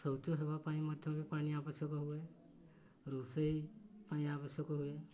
ଶୌଚ ହେବା ପାଇଁ ମଧ୍ୟ ବି ପାଣି ଆବଶ୍ୟକ ହୁଏ ରୋଷେଇ ପାଇଁ ଆବଶ୍ୟକ ହୁଏ